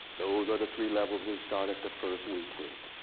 those are the three levels we started the first week with.